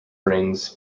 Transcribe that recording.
brings